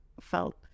felt